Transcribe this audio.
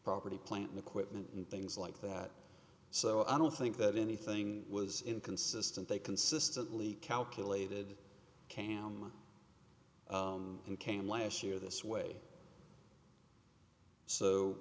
property plant equipment and things like that so i don't think that anything was inconsistent they consistently calculated camm and came last year this way so